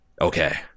Okay